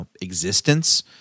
existence